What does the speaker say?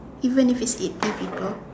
even if it's eighty people